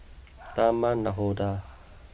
Taman Nakhoda